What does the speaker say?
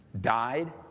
died